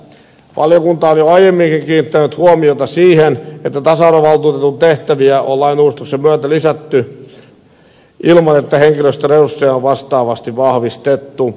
valiokunta on jo aiemminkin kiinnittänyt huomiota siihen että tasa arvovaltuutetun tehtäviä on lainuudistusten myötä lisätty ilman että henkilöstöresursseja on vastaavasti vahvistettu